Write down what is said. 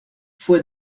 fue